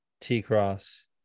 T-Cross